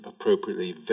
appropriately